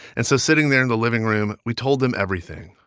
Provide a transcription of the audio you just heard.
and so sitting there in the living room, we told them everything,